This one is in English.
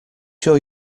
sure